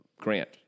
Grant